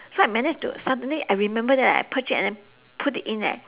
so I managed to suddenly I remember that I push it and put it in eh